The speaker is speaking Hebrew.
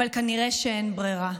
אבל כנראה שאין ברירה.